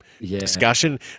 discussion